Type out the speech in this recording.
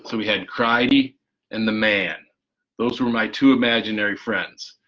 we had cry-d and the man those were my two imaginary friends.